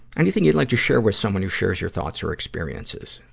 anything you'd like to share with someone who shares your thoughts or experiences?